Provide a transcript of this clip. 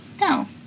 no